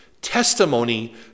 testimony